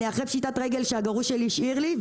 אני אחרי פשיטת רגל שהגרוש שלי השאיר לי,